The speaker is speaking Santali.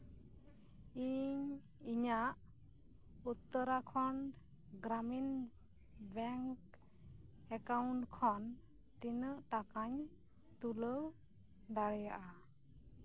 ᱤᱧ ᱤᱧᱟᱹᱜ ᱩᱛᱛᱚᱨᱟᱠᱷᱚᱱᱰ ᱜᱨᱟᱢᱤᱱ ᱵᱮᱝᱠ ᱮᱠᱟᱩᱱᱴ ᱠᱷᱚᱱ ᱛᱤᱱᱟᱹᱜ ᱴᱟᱠᱟᱧ ᱛᱩᱞᱟᱹᱣ ᱫᱟᱲᱮᱭᱟᱜᱼᱟ